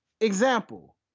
Example